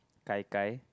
gai-gai